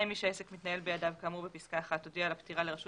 מי שהעסק מתנהל בידיו כאמור בפסקה (1) הודיע על הפטירה לרשות